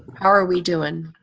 how are we doing?